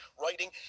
writing